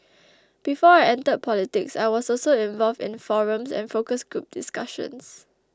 before I entered politics I was also involved in forums and focus group discussions